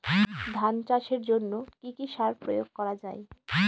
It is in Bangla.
ধান চাষের জন্য কি কি সার প্রয়োগ করা য়ায়?